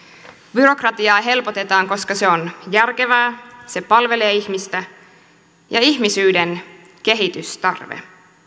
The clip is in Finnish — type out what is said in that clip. byrokratiaa helpotetaan koska se on järkevää se palvelee ihmistä ja ihmisyyden kehitystarve